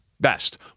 best